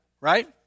right